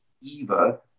Eva